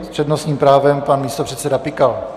S přednostním právem pan místopředseda Pikal.